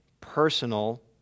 personal